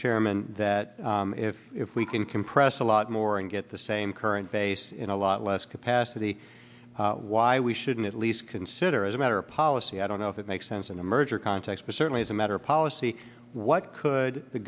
chairman that if if we can compress a lot more and get the same current base in a lot less capacity why we shouldn't at least consider as a matter of policy i don't know if it makes sense in a merger context but certainly as a matter of policy what could the